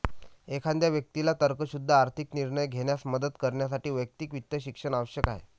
एखाद्या व्यक्तीला तर्कशुद्ध आर्थिक निर्णय घेण्यास मदत करण्यासाठी वैयक्तिक वित्त शिक्षण आवश्यक आहे